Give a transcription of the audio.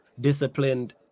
disciplined